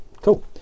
cool